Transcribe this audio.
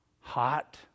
Hot